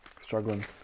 Struggling